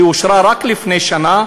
שאושרה רק לפני שנה,